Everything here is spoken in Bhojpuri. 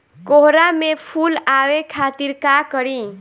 कोहड़ा में फुल आवे खातिर का करी?